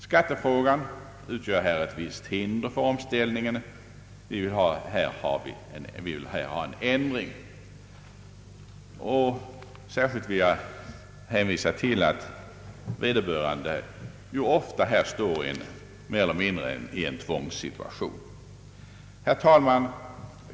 Skattefrågan utgör här ett visst hinder för omställningen. Vi vill ha en ändring i denna del. Särskilt vill jag hänvisa till att vederbörande här ofta står mer eller mindre i en tvångssituation. Herr talman!